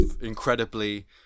incredibly